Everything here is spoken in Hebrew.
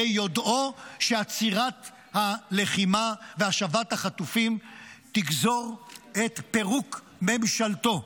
ביודעו שעצירת הלחימה והשבת החטופים תגזור את פירוק ממשלתו.